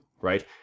Right